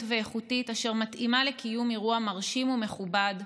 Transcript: ואיכותית אשר מתאימה לקיום אירוע מרשים ומכובד,